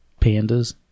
Pandas